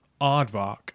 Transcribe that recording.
Aardvark